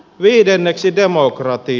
viidenneksi demokratia